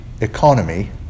economy